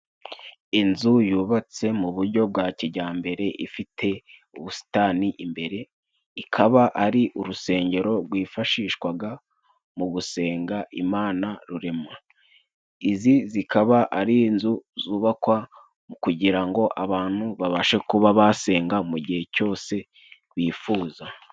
Inzu yubatse mu bujyo bwa kijyambere, ifite ubusitani imbere ikaba ari urusengero rwifashishwaga mu gusenga Imana Rurema. Izi zikaba ari inzu zubakwa kugira ngo abantu babashe kuba basenga mu gihe cyose bifuza.